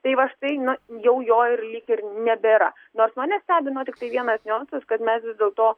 tai va štai na jau jo ir lyg ir nebėra nors mane stebino tiktai vienas niuansas kad mes vis dėlto